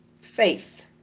faith